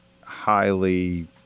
highly